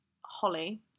holly